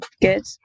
good